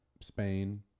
Spain